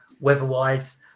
weather-wise